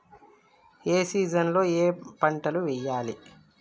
ఏ season లో ఏం పంటలు వెయ్యాలి?